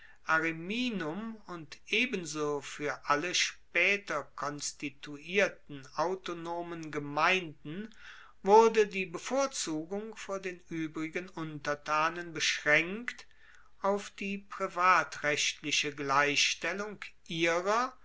ariminum und ebenso fuer alle spaeter konstituierten autonomen gemeinden wurde die bevorzugung vor den uebrigen untertanen beschraenkt auf die privatrechtliche gleichstellung ihrer